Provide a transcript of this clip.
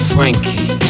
Frankie